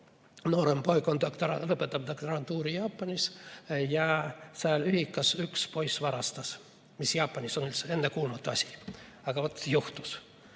noorem poeg lõpetab doktorantuuri Jaapanis. Seal ühikas üks poiss varastas, mis Jaapanis on ennekuulmatu asi, aga vot juhtus.